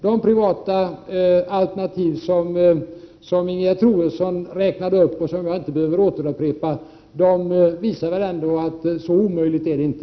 De privata alternativ som Ingegerd Troedsson nämnde och som jag inte behöver upprepa visar väl ändå att så omöjligt är det inte.